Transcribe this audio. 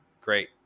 Great